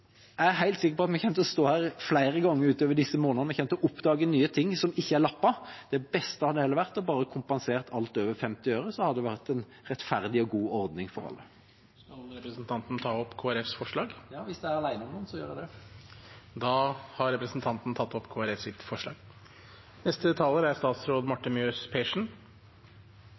Jeg er helt sikker på at vi kommer til å stå her flere ganger utover de neste månedene. Vi kommer til å oppdage nye hull som ikke er blitt lappet. Det beste hadde vært å kompensere alt over 50 øre. Da hadde det vært en rettferdig og god ordning for alle. Jeg tar opp Kristelig Folkepartis forslag i saken. Representanten Kjell Ingolf Ropstad har tatt opp det